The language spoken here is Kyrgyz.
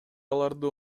аларды